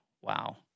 wow